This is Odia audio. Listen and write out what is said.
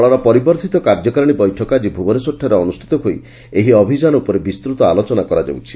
ଦଳର ପରିବର୍ବ୍ବିତ କାର୍ଯ୍ୟକାରିଶୀ ବୈଠକ ଆକି ଭୁବନେଶ୍ୱରଠାରେ ଅନୁଷ୍ଠିତ ହୋଇ ଏହି ଅଭିଯାନ ଉପରେ ବିସ୍ତତ ଆଲୋଚନା କରାଯାଉଛି